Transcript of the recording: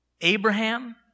Abraham